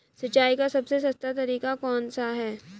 सिंचाई का सबसे सस्ता तरीका कौन सा है?